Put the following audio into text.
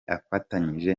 afatanyije